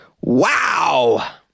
Wow